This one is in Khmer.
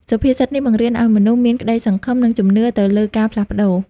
សុភាសិតនេះបង្រៀនឲ្យមនុស្សមាន ក្តីសង្ឃឹម និង ជំនឿ ទៅលើការផ្លាស់ប្តូរ។